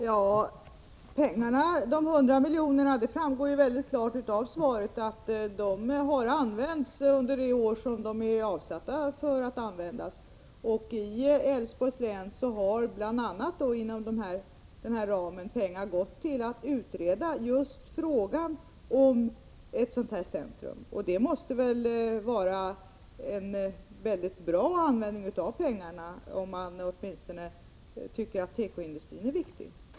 Herr talman! De hundra miljonerna har — det framgår mycket klart av svaret — använts de år under vilka de är avsedda att användas. I Älvsborgs län har pengar, bl.a. inom ramen för nämnda anslag, gått till att utreda just frågan om ett tekocentrum. Det måste ju vara ett väldigt bra sätt att använda pengarna på — åtminstone om man tycker att tekoindustrin är viktig.